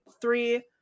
three